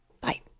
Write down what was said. Bye